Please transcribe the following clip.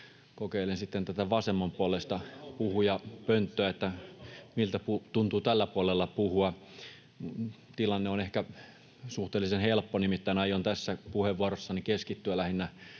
kokeilen sitten tätä vasemmanpuoleista puhujapönttöä, [Kimmo Kiljusen välihuuto] että miltä tuntuu tällä puolella puhua. Tilanne on ehkä suhteellisen helppo. Nimittäin aion tässä puheenvuorossani keskittyä lähinnä